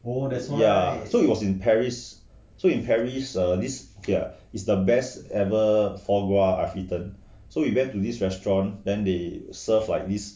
ya so it was in paris so in paris so err this ya is the best ever for foie gras I've eaten so we went to this restaurant then they serve like this